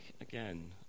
again